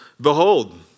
Behold